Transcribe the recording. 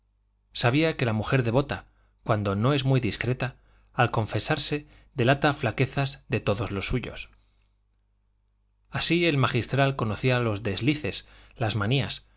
sabía que la mujer devota cuando no es muy discreta al confesarse delata flaquezas de todos los suyos así el magistral conocía los deslices las manías